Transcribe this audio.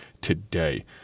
today